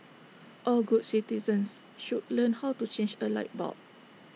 all good citizens should learn how to change A light bulb